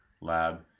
lab